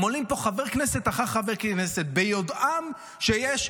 הם עולים פה חבר כנסת אחר חבר כנסת ביודעם כשכל